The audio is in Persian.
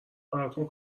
براتون